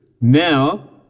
Now